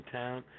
town